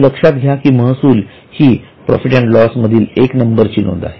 हे लक्षात घ्या कि महसूल ही प्रॉफिट अँड लॉस मधील एक नंबरची नोंद आहे